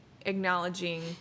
acknowledging